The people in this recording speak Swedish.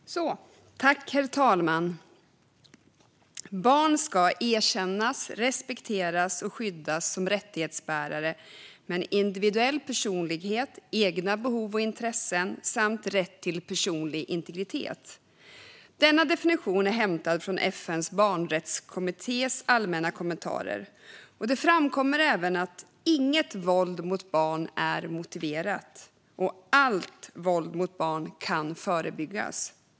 Vård av unga vid Statens institutions-styrelses särskilda ungdomshem Herr talman! Barn ska erkännas, respekteras och skyddas som rättighetsbärare med en individuell personlighet, egna behov och intressen samt rätt till personlig integritet. Denna definition är hämtad från FN:s barnrättskommittés allmänna kommentarer. Där framkommer även att inget våld mot barn är motiverat och att allt våld mot barn kan förebyggas.